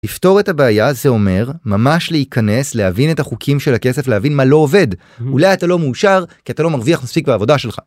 לפתור את הבעיה זה אומר ממש להיכנס להבין את החוקים של הכסף, להבין מה לא עובד, אולי אתה לא מאושר כי אתה לא מרוויח מספיק בעבודה שלך?